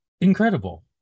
incredible